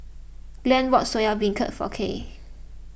Glen bought Soya Beancurd for Kyleigh